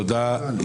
תודה.